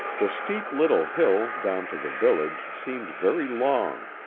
the steep little hill down to the village seemed very long,